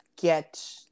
get